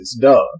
duh